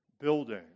building